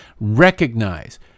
Recognize